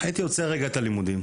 הייתי עוצר רגע את הלימודים,